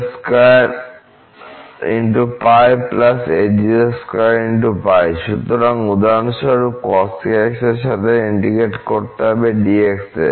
সুতরাং উদাহরণস্বরূপ cos সাথে ইন্টিগ্রেট হবে dx এর